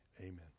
Amen